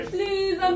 Please